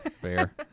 Fair